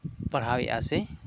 ᱯᱟᱲᱦᱟᱣᱮᱜᱼᱟ ᱥᱮ